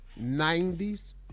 90s